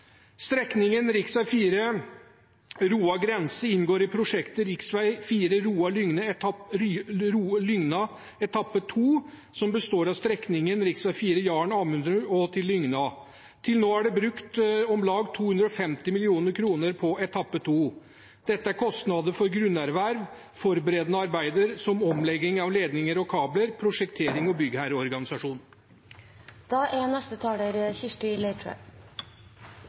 som består av strekningen rv. 4 Jaren–Amundrud og til Lygna. Til nå er det brukt om lag 250 mill. kr på etappe 2. Dette er kostnader til grunnerverv, forberedende arbeider, som omlegging av ledninger og kablinger, prosjektering og byggherreorganisasjon. Denne saken er